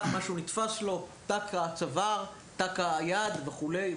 משהו נתפס לו, הצוואר, היד וכו'.